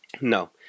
No